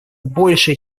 большее